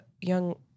young